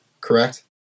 Correct